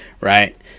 right